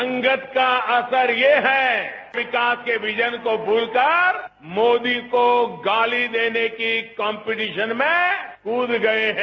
संगत का असर ये है कि विकास के विजन को भूलकर मोदी को गाली देने की कॉम्पेटिशन में कूद गए हैं